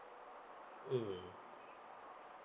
mm